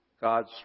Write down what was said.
God's